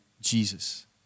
Jesus